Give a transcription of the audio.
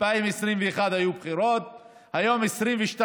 ב-2021 היו בחירות והיום 2022,